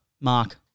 Mark